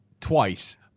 twice